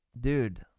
dude